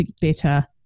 better